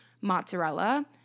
mozzarella